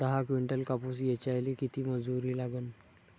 दहा किंटल कापूस ऐचायले किती मजूरी लागन?